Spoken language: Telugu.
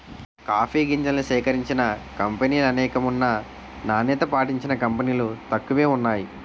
కాఫీ గింజల్ని సేకరించిన కంపినీలనేకం ఉన్నా నాణ్యత పాటించిన కంపినీలు తక్కువే వున్నాయి